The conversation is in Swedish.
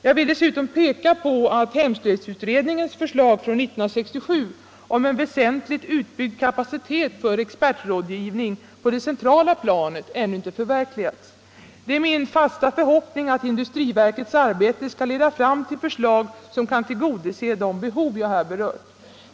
Jag vill dessutom peka på att hemslöjdsutredningens förslag från 1967 om en väsentligt utbyggd kapacitet för expertrådgivning på det centrala planet ännu inte förverkligats. Det är min fasta förhoppning att industriverkets arbete skall leda fram till förslag som kan tillgodose de behov jag här berört.